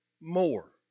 more